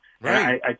Right